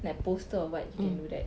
like poster or [what] you can do that